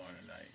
tonight